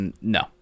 No